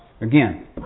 again